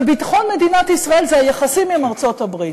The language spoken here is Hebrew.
וביטחון מדינת ישראל זה היחסים עם ארצות-הברית,